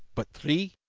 but three!